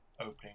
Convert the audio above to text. opening